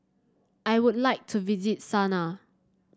I would like to visit Sanaa